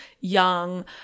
young